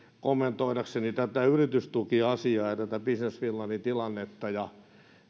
kommentoidakseni tätä yritystukiasiaa ja tätä business finlandin tilannetta